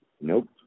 Nope